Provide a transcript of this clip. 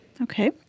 Okay